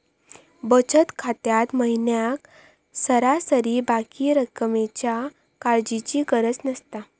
बचत खात्यात महिन्याक सरासरी बाकी रक्कमेच्या काळजीची गरज नसता